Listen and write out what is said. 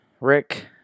Rick